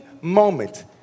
moment